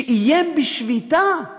שאיים בשביתה למענם.